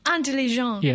Intelligent